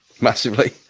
massively